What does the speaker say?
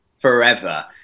forever